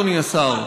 אדוני השר,